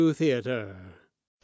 Theater